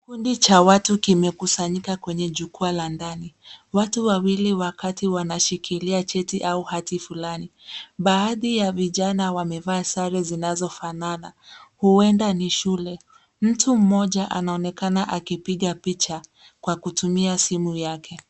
Kikundi cha watu kimekusanyika kwenye jukwaa la ndani. Watu wawili wa kati wanashikilia cheti au hati fulani. Baadhi ya vijana wamevaa sare zinazofanana. Huenda ni shule. Mtu mmoja anaonekana akipiga picha, kwa kutumia simu yake.